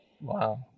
Wow